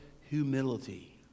humility